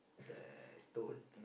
the stone